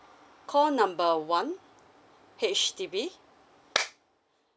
call number one H_D_B